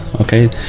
okay